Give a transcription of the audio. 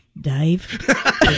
dave